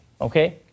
okay